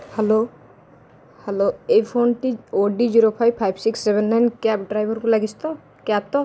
hello hello ଏହି ଫୋନ୍ଟି O D zero five five six seven nine cab ଡ୍ରାଇଭର୍କୁ ଲାଗିଛି ତ କ୍ୟାବ୍ ତ